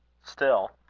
still,